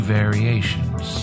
variations